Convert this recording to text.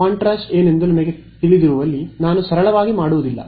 contrast ಏನೆಂದು ನನಗೆ ತಿಳಿದಿರುವಲ್ಲಿ ನಾನು ಸರಳವಾಗಿ ಮಾಡುವುದಿಲ್ಲ